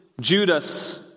judas